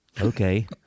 Okay